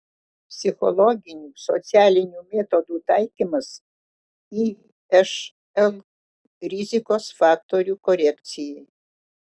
psichologinių socialinių metodų taikymas išl rizikos faktorių korekcijai